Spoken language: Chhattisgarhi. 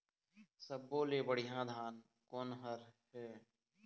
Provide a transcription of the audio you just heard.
सब्बो ले बढ़िया धान कोन हर हे?